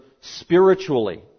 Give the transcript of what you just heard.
spiritually